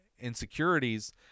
insecurities